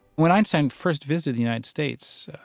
when einstein first visited the united states,